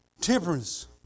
temperance